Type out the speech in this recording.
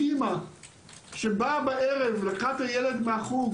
אימא שבאה בערב לקחת את הילד מהחוג